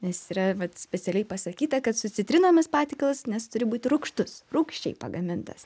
nes yra vat specialiai pasakyta kad su citrinomis patiekalas nes turi būti rūgštus rūgščiai pagamintas